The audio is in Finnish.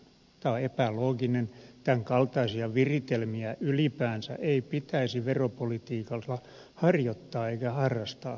tämä on epälooginen tämän kaltaisia viritelmiä ylipäänsä ei pitäisi veropolitiikalla harjoittaa eikä harrastaa